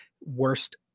worst